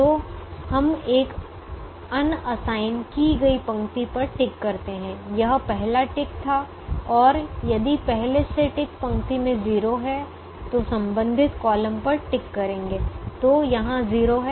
तो हम एक अनअसाइन की गई पंक्ति पर टिक करते हैं यह पहला टिक था और यदि पहले से टिक पंक्ति में 0 है तो संबंधित कॉलम पर टिक करेंगे तो यहां 0 है